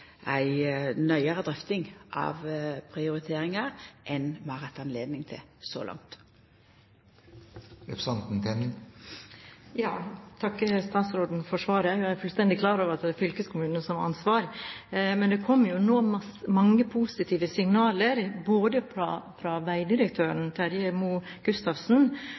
ei nøyare drøfting av prioriteringar enn vi har hatt høve til så langt. Jeg takker statsråden for svaret. Jeg er fullstendig klar over at det er fylkeskommunens ansvar, men det kommer nå mange positive signaler bl.a. fra veidirektøren, Terje Moe Gustavsen.